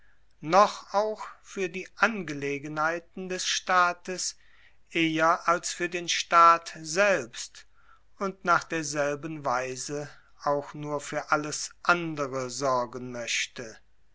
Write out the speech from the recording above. noch auch für die angelegenheiten des staates eher als für den staat selbst und nach derselben weise auch nur für alles andere sorgen möchte